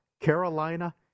Carolina